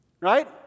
right